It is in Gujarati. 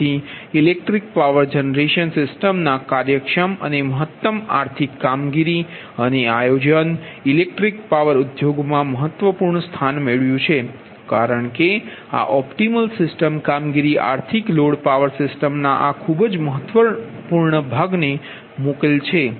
જેથી ઇલેક્ટ્રિક પાવર જનરેશન સિસ્ટમના કાર્યક્ષમ અને મહત્તમ આર્થિક કામગીરી અને આયોજન એ ઇલેક્ટ્રિક પાવર ઉદ્યોગમાં મહત્વપૂર્ણ સ્થાન મેળવ્યું છે કારણ કે આ ઓપટિમલ સિસ્ટમ કામગીરી આર્થિક લોડ પાવર સિસ્ટમના આ ખૂબ જ મહત્વપૂર્ણ ભાગને મોકલે છે